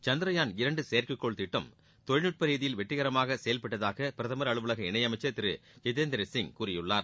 சந்த்ரயான் இரண்டு செயற்கைக்கோள் திட்டம் தொழில்நுட்ப ரீதியில் வெற்றிகரமாக செயல்பட்டதாக பிரதம் அலுவலக இணை அமைச்சர் திரு ஜிதேந்திரசிங் கூறியுள்ளார்